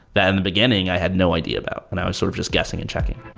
that in the beginning i had no idea about and i was sort of just guessing and checking.